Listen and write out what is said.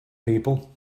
people